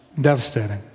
devastating